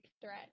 threat